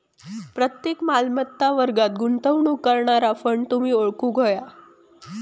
प्रत्येक मालमत्ता वर्गात गुंतवणूक करणारा फंड तुम्ही ओळखूक व्हया